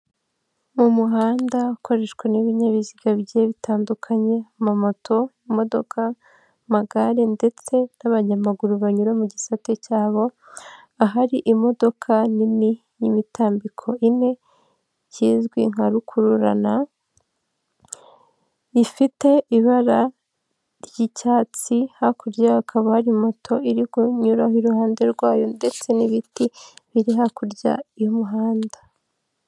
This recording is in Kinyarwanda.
Mu muhanda ukoreshwa n'ibinyabiziga bigiye bitandukanye amamoto, imodoka, magare ndetse n'abanyamaguru banyura mu gisate cyabo, ahari imodoka nini y'imitambiko ine kizwi nka rukururana, ifite ibara ry'icyatsi hakurya hakaba hari moto iri kunyura iruhande rwayo ndetse n'ibiti biri hakurya y'umuhanda.